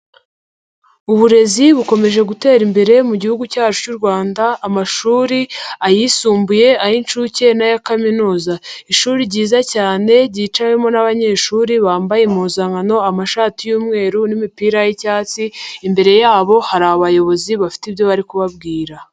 Uburezi bukomeje gutera imbere mu gihugu cyacu cy'u Rwanda. Amashuri ayisumbuye ay'incuke n'aya kaminuza, ishuri ryiza cyane ryicawemo n'abanyeshuri bambaye impuzankano amashati y'umweru n'imipira y'icyatsi imbere yabo hari abayobozi bafite ibyo bari kubabwira.